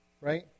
right